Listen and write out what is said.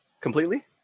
Completely